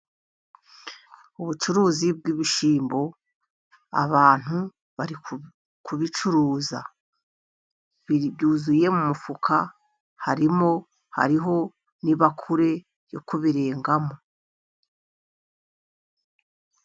Ubucuruzi bw'ibishyimbo, abantu bari kubicuruza byuzuye mu mufuka, hariho n' ibakure yo kubirengamo.